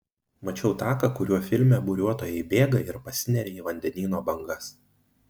mačiau taką kuriuo filme buriuotojai bėga ir pasineria į vandenyno bangas